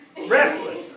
restless